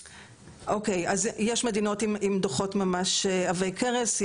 אוקיי, אז יש מדינות עם דו"חות ממש עבי כרס.